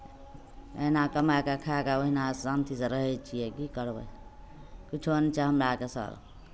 ओहिना कमाए कऽ खाए कऽ ओहिना शान्तिसँ रहै छियै की करबै किछो नहि छै हमरा आरकेँ सर